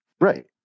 Right